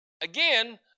again